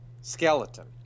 skeleton